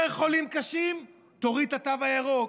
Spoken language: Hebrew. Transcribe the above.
יותר חולים קשים, תוריד את התו הירוק,